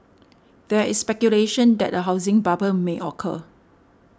there is speculation that a housing bubble may occur